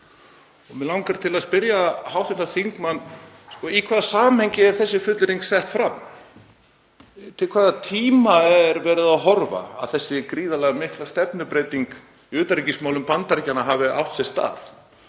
…“ Mig langar að spyrja hv. þingmann: Í hvaða samhengi er þessi fullyrðing sett fram? Til hvaða tíma er verið að horfa sem þessi gríðarlega mikla stefnubreyting í utanríkismálum Bandaríkjanna á að hafa átt sér stað?